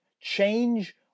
Change